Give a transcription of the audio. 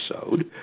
episode